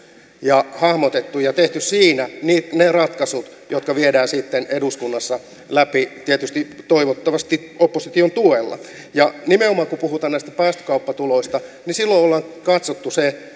ja hahmotettu ja tehty siinä ne ratkaisut jotka viedään sitten eduskunnassa läpi tietysti toivottavasti opposition tuella ja nimenomaan kun puhutaan näistä päästökauppatuloista silloin ollaan katsottu se